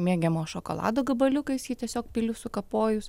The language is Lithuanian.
mėgiamo šokolado gabaliukais jį tiesiog pili sukapojus